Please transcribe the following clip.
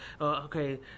okay